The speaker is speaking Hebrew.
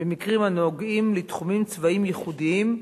במקרים הנוגעים לתחומים צבאיים ייחודיים,